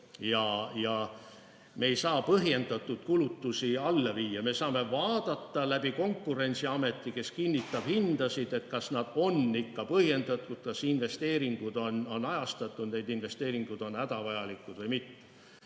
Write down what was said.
ja me ei saa põhjendatud kulutusi alla viia. Me saame vaadata Konkurentsiameti kaudu, kes kinnitab hindasid, kas need tasud on ikka põhjendatud, kas investeeringud on ajastatud, kas investeeringud on hädavajalikud või mitte.